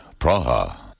Praha